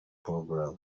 program